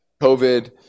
COVID